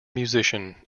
musician